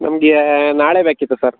ನಮಗೆ ನಾಳೆ ಬೇಕಿತ್ತು ಸರ್